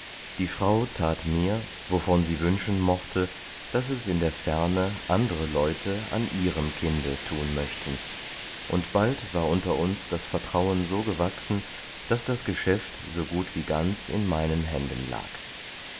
die frau tat mir wovon sie wünschen mochte daß es in der ferne andere leute an ihrem kinde tun möchten und bald war unter uns das vertrauen so gewachsen daß das geschäft so gut wie ganz in meinen händen lag